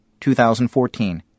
2014